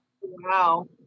wow